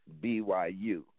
BYU